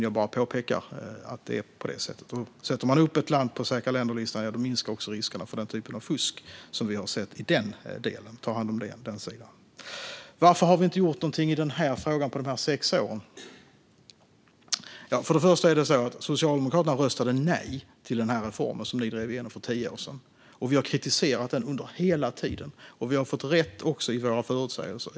Jag påpekar bara att om man sätter upp ett land på säkra länder-listan minskar också riskerna för den typ av fusk som vi har sett i den delen. Varför har vi inte gjort någonting i den här frågan på de här sex åren? Till att börja med röstade Socialdemokraterna nej till den reform som ni drev igenom för tio år sedan, Arin Karapet. Vi har hela tiden kritiserat den, och vi har fått rätt i våra förutsägelser.